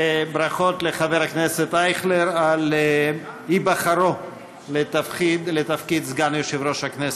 ברכות לחבר הכנסת אייכלר על היבחרו לתפקיד סגן יושב-ראש הכנסת.